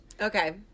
Okay